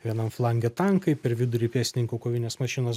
vienam flange tankai per vidurį pėstininkų kovinės mašinos